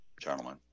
gentlemen